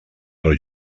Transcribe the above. però